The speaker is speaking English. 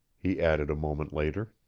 he added a moment later.